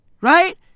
right